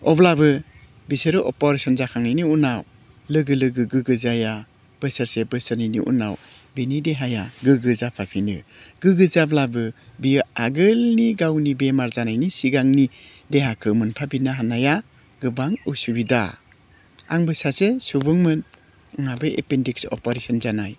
अब्लाबो बिसोरो अपारेशन जाखांनायनि उनाव लोगो लोगो गोग्गो जाया बोसोरसे बोसोरनैनि उनाव बिनि देहाया गोग्गो जाफाफिनो गोग्गो जाब्लाबो बियो आगोलनि गावनि बेमार जानायनि सिगांनि देहाखौ मोनफाफिन्नो हानाया गोबां उसुबिदा आंबो सासे सुबुंमोन आंहाबो एपेनदिक्स अपारेशन जानाय